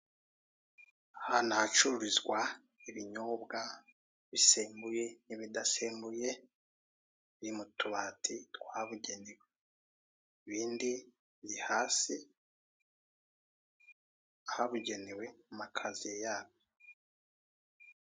Aha ni ahacururizwa ibinyobwa bisembuye n'ibidasembuye, biri mu tubati twabugenewe. Ibindi biri hasi, ahabugenewe, mu makaziye yabyo.